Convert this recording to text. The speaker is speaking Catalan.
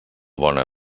bona